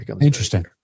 Interesting